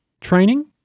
training